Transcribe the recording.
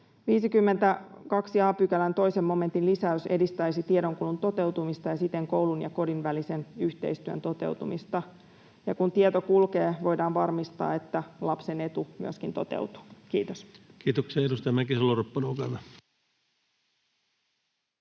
52 a §:n 2 momentin lisäys edistäisi tiedonkulun toteutumista ja siten koulun ja kodin välisen yhteistyön toteutumista, ja kun tieto kulkee, voidaan varmistaa, että myöskin lapsen etu toteutuu. — Kiitos. [Speech 179] Speaker: